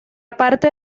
parte